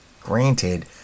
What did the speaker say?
granted